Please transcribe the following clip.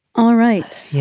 all right. yeah.